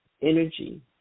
energy